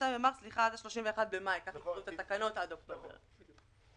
כך קובעות התקנות, עד אוקטובר.